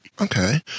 Okay